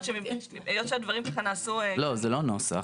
היות שהדברים נעשו --- זה לא נוסח,